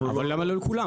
אבל למה לא לכולם?